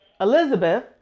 Elizabeth